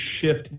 shift